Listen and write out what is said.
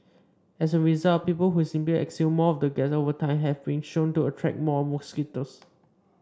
as a result people who simply exhale more of the gas over time have been shown to attract more mosquitoes